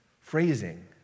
phrasing